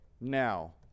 now